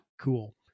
cool